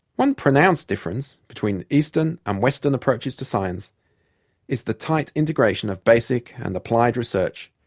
one pronounced difference between eastern and western approaches to science is the tight integration of basic and applied research,